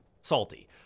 salty